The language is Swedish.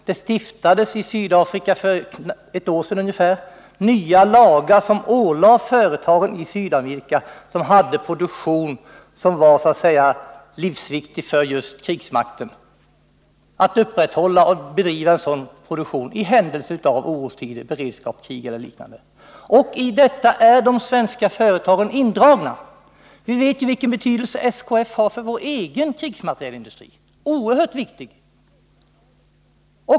Det stiftades i Sydafrika för ungefär ett år sedan nya lagar, som ålade de företag i Sydafrika som hade en produktion som var livsviktig för just krigsmakten att upprätthålla och bedriva sådan produktion i händelse av orostider, beredskapstider eller liknande, och i detta är de svenska företagen där indragna. Vi vet vilken oerhörd betydelse SKF har för vår egen krigsmaterielindustri.